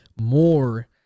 more